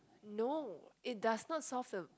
no it does not solve the